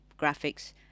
graphics